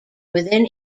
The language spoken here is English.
within